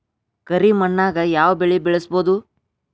ಕರಿ ಮಣ್ಣಾಗ್ ಯಾವ್ ಬೆಳಿ ಬೆಳ್ಸಬೋದು?